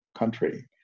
Country